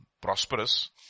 prosperous